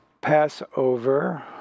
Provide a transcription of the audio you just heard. Passover